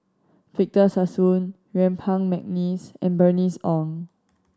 Victor Sassoon Yuen Peng McNeice and Bernice Ong